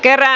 kerää